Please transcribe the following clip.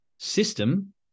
system